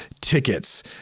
tickets